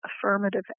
affirmative